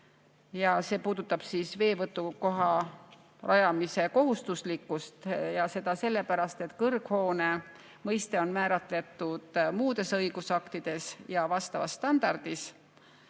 See puudutab veevõtukoha rajamise kohustuslikkust, ja seda sellepärast, et kõrghoone mõiste on määratletud muudes õigusaktides ja vastavas standardis.